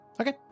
Okay